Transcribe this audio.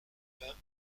pain